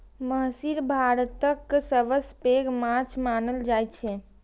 महसीर भारतक सबसं पैघ माछ मानल जाइ छै